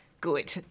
good